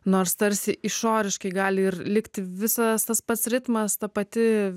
nors tarsi išoriškai gali ir likti visas tas pats ritmas ta pati